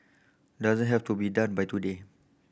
doesn't have to be done by today